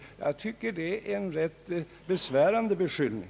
Jag tycker att det är en rätt besvärande beskyllning.